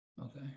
Okay